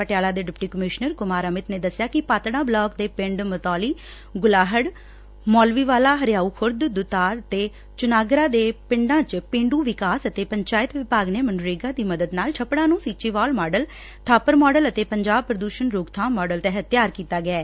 ਪਟਿਆਲਾ ਦੇ deputy commissioner Kumar Amit ਨੇ ਦੱਸਿਆ ਕਿ ਪਾਤੜਾਂ ਬਲਾਕ ਦੇ ਪਿੰਡਾਂ ਮਤੌਲੀ ਗੁਲਾਹੜ ਮੌਲਵੀਵਾਲਾ ਹਰਿਆਉ ਖੁਰਦ ਦੁਤਾਲ ਅਤੇ ਚੁਨਾਗਰਾ ਦੇ ਪਿੰਡਾਂ ਚ ਪੇਂਡੁ ਵਿਕਾਸ ਅਤੇ ਪੰਚਾਇਤ ਵਿਭਾਗ ਨੇ ਮਗਨਰੇਗਾ ਦੀ ਮਦਦ ਨਾਲ ਛੱਪਤਾਂ ਨੂੰ ਸੀਚੇਵਾਲ ਮਾਡਲ ਬਾਪਰ ਮਾਡਲ ਅਤੇ ਪੰਜਾਬ ਪ੍ਰਦੂਸ਼ਣ ਰੋਕਬਾਮ ਮਾਡਲ ਤਹਿਤ ਤਿਆਰ ਕੀਾਤਾ ਗਿਐ